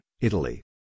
Italy